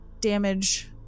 damage